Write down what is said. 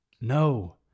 No